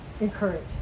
encourage